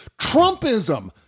Trumpism